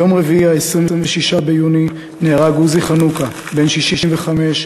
ביום רביעי, 26 ביוני, נהרג עוזי חנוכה, בן 65,